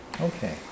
Okay